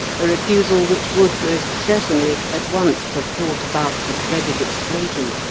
a refusal which would most certainly at once have brought about the dreaded explosion.